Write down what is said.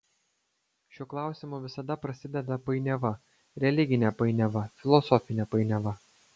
šiuo klausimu visada prasideda painiava religinė painiava filosofinė painiava